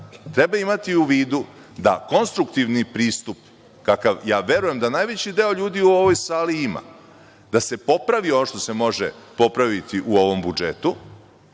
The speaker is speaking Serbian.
treba imati u vidu da konstruktivni pristup, kakav verujem da najveći deo ljudi u ovoj sali ima, da se popravi ono što se može popraviti u ovom budžetu,